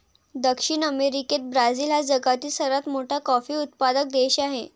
दक्षिण अमेरिकेत ब्राझील हा जगातील सर्वात मोठा कॉफी उत्पादक देश आहे